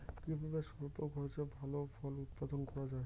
কিভাবে স্বল্প খরচে ভালো ফল উৎপাদন করা যায়?